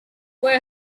were